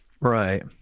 Right